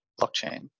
blockchain